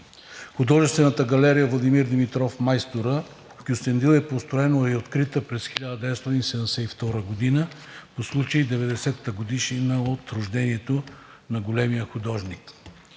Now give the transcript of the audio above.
Художествената галерия „Владимир Димитров – Майстора“ в Кюстендил е построена и открита през 1972 г. по случай 90-та годишнина от рождението на големия художник.